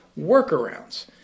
workarounds